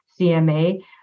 CMA